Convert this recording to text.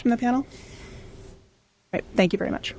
from the panel thank you very much